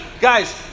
Guys